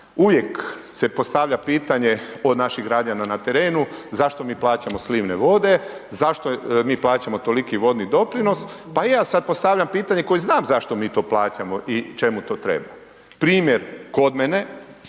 uvijek se postavlja pitanje od naših građana na terenu, zašto mi plaćamo slivne vode, zašto mi plaćamo toliki vodni doprinos. Pa i ja sada postavljam pitanje koji znam zašto mi to plaćamo i čemu to treba. Primjer, kod mene,